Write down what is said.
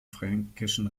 fränkischen